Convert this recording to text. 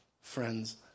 Friends